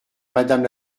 madame